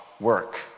work